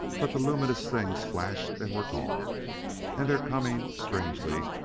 but the luminous things flashed and were gone and their coming, strangely,